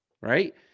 right